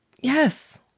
Yes